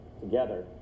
together